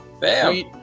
bam